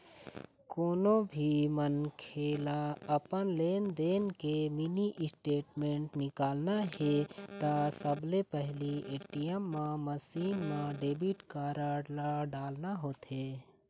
कोनो भी मनखे ल अपन लेनदेन के मिनी स्टेटमेंट निकालना हे त सबले पहिली ए.टी.एम मसीन म डेबिट कारड ल डालना होथे